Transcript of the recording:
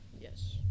Yes